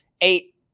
eight